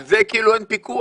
על זה כאילו אין פיקוח.